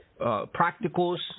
Practicals